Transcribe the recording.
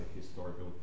historical